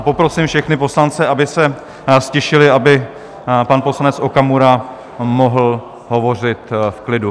Poprosím všechny poslance, aby se ztišili, aby pan poslanec Okamura mohl hovořit v klidu.